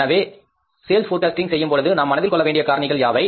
எனவே விற்பனை முன்கணிப்பு செய்யும்பொழுது நாம் மனதில் கொள்ளவேண்டிய காரணிகள் யாவை